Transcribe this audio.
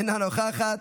אינה נוכחת,